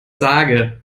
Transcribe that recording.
sage